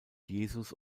jesus